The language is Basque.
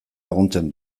laguntzen